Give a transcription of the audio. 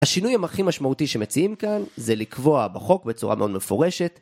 השינוי הכי משמעותי שמציעים כאן זה לקבוע בחוק בצורה מאוד מפורשת.